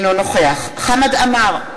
אינו נוכח חמד עמאר,